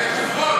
תודה רבה.